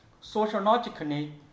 Sociologically